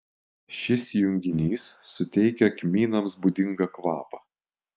šis junginys suteikia kmynams būdingą kvapą